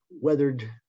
weathered